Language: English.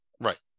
Right